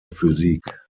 physik